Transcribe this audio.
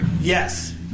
Yes